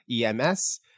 EMS